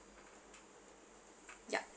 ya